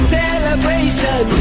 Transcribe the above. celebration